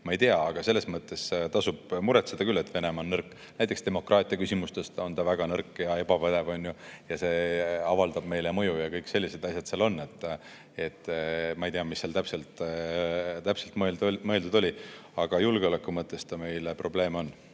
ma ei tea. Aga selles mõttes tasub muretseda küll, et Venemaa on nõrk. Näiteks demokraatia küsimustes on ta väga nõrk ja ebapädev. Ja see avaldab meile mõju. Ja kõik sellised asjad seal on. Ma ei tea, mis seal täpselt mõeldud oli, aga julgeoleku mõttes ta meile probleem on